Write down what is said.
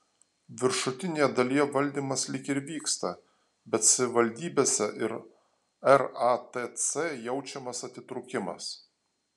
viršutinėje dalyje valdymas lyg ir vyksta bet savivaldybėse ir ratc jaučiamas atitrūkimas